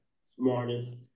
Smartest